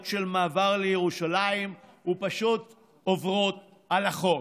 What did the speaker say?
על מעבר לירושלים ופשוט עוברות על החוק.